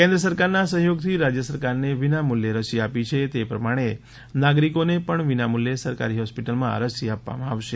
કેન્દ્ર સરકારના સહયોગથી રાજ્ય સરકારને વિના મુલ્યે રસી આપી છે તે પ્રમાણે નાગરિકોને પણ વિના મુલ્યે સરકારી હોસ્પિટલમાં રસી આપવામાં આવશે